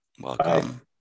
Welcome